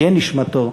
תהיה נשמתו